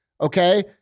okay